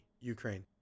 Ukraine